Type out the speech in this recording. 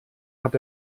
hat